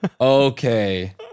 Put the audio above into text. Okay